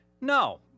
No